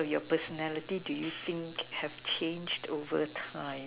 your personality do you think have changed overtime